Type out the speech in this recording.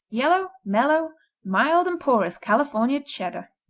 yellow mellow mild and porous california cheddar.